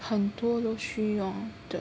很多都需用的